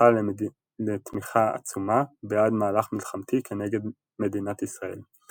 זכה לתמיכה עצומה בעד מהלך מלחמתי כנגד מדינת ישראל.